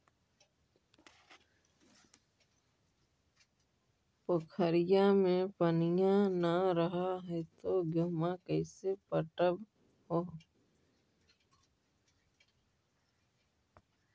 पोखरिया मे पनिया न रह है तो गेहुमा कैसे पटअब हो?